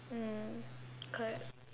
mm correct